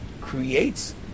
creates